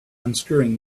unscrewing